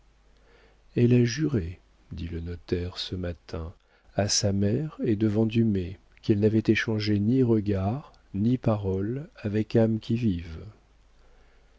elle a juré dit le notaire ce matin à sa mère et devant dumay qu'elle n'avait échangé ni regard ni parole avec âme qui vive